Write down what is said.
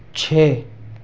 چھ